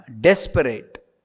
desperate